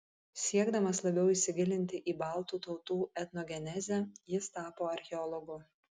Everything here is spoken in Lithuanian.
siekdamas labiau įsigilinti į baltų tautų etnogenezę jis tapo archeologu